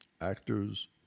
actors